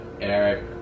Eric